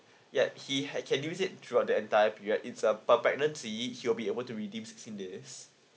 yet he had can use it throughout the entire period it's a per pregnancy he will be able to redeem sixteen days